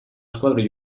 squadra